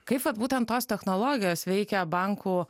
kaip vat būtent tos technologijos veikia bankų